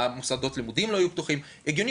מוסדות הלימוד לא היו פתוחים הגיוני